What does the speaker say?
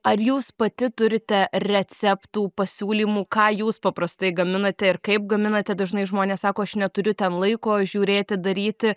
ar jūs pati turite receptų pasiūlymų ką jūs paprastai gaminate ir kaip gaminate dažnai žmonės sako aš neturiu ten laiko žiūrėti daryti